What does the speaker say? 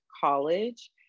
college